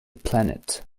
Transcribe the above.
planet